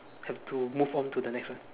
have to move on to the next one